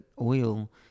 oil